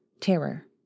terror